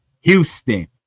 Houston